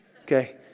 okay